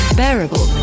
bearable